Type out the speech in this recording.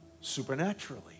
supernaturally